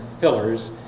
pillars